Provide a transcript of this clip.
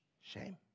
Shame